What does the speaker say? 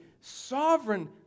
sovereign